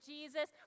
Jesus